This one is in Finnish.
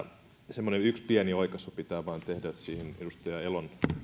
semmoinen yksi pieni oikaisu pitää tehdä edustaja elon